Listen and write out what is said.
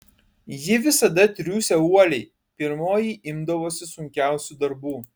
ji visada triūsė uoliai pirmoji imdavosi sunkiausių darbų